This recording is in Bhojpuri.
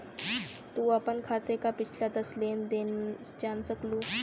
तू आपन खाते क पिछला दस लेन देनो जान सकलू